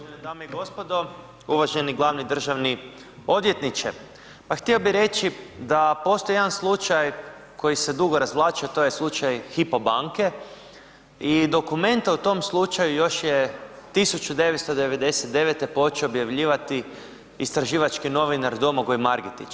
Poštovane dame i gospodo, uvaženi glavni državni odvjetniče, pa htio bih reći da postoji jedan slučaj koji se dugo razvlačio to je slučaj Hypo banke i dokumente u tom slučaju još je 1999. počeo objavljivati istraživački novinar Domagoj Margetić.